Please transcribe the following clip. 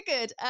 good